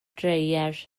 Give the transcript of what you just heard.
dreier